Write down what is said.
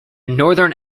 northern